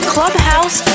Clubhouse